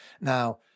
Now